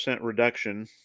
reduction